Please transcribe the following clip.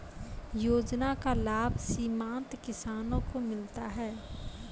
योजना का लाभ सीमांत किसानों को मिलता हैं?